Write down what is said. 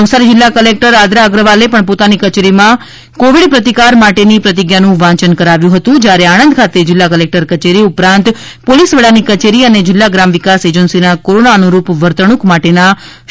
નવસારી જિલ્લા કલેક્ટર આદરા અગ્રવાલે પોતાની કચેરી પરિસરમાં કોવિડ પ્રતિકાર માટેનું પ્રતિગના વાંચન કરાવ્યુ હતું જ્યારે આણંદ ખાતે જિલ્લા કલેક્ટર કચેરી ઉપરાંત પોલીસ વડાની કચેરી અને જિલ્લા ગ્રામ વિકાસ એજન્સીમાં કોરોના અનુરૂપ વર્તણૂક માટેના શપથ કર્મચારીઓ એ લીધા હતા